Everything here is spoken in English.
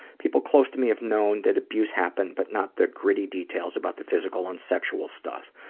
people close to me have known that abuse happened but not the gritty details about the physical and sexual stuff.